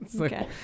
Okay